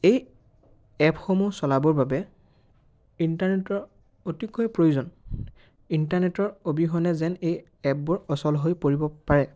এই এপসমূহ চলাবৰ বাবে ইণ্টাৰনেটৰ অতিকৈ প্ৰয়োজন ইণ্টাৰনেটৰ অবিহনে যেন এই এপবোৰ অচল হৈ পৰিব পাৰে